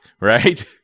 right